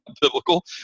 biblical